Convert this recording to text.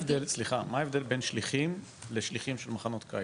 סליחה, מה ההבדל בין שליחים לשליחים של מחנות קיץ?